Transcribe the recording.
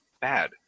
bad